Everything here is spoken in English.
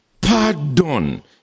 pardon